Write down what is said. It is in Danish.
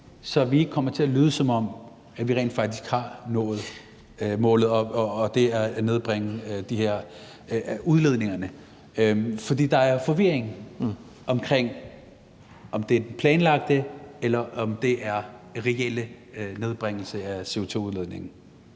ikke kommer til at lyde, som om vi rent faktisk har nået målet om at nedbringe udledningerne. For der er forvirring, altså om det er den planlagte, eller om der er tale om en reel nedbringelse af CO2-udledningen.